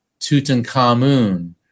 Tutankhamun